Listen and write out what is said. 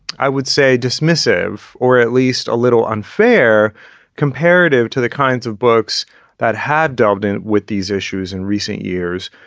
i would say dismissive or at least a little unfair comparative to the kinds of books that had delved in with these issues in recent years.